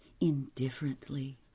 indifferently